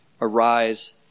arise